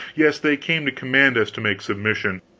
yes. they came to command us to make submission.